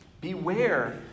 Beware